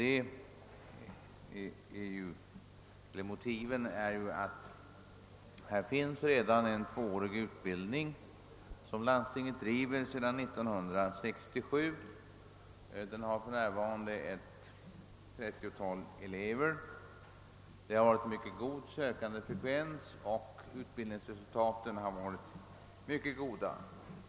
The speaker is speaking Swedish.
Ett motiv är att landstinget redan driver en tvåårig utbildning sedan 1967. Den har för närvarande ett 30-tal elever. Det har varit en stor frekvens av sökande, och utbildningsresultaten har varit mycket goda.